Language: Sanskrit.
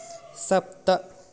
सप्त